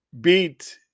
beat